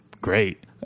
great